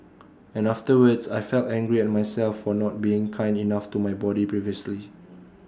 and afterwards I felt angry at myself for not being kind enough to my body previously